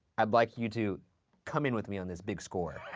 i'd like you to come in with me on this big score.